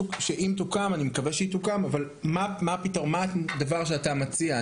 מה הדבר שאתה מציע?